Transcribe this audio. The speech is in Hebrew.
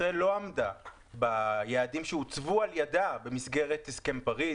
ישראל לא עמדה ביעדים שהוצבו על ידה במסגרת הסכם פריז.